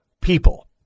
people